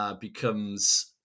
becomes